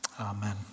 amen